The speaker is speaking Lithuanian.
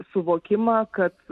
suvokimą kad